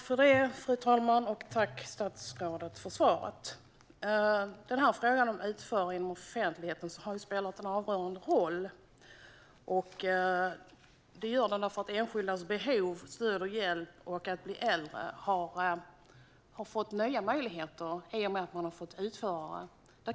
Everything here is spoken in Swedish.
Fru talman! Tack för svaret, statsrådet! Möjligheten att utföra offentliga tjänster har spelat en avgörande roll. Det har uppstått nya möjligheter att möta enskildas behov av stöd och hjälp när de blir äldre i och med att det har kommit nya utförare.